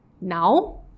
now